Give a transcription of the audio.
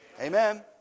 Amen